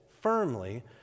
firmly